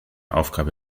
aufgabe